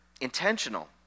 intentional